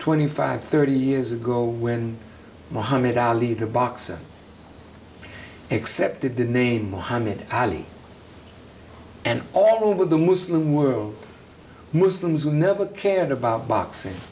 twenty five thirty years ago when mohammed ali the boxer accepted the name mohammed ali and all over the muslim world muslims never cared about boxing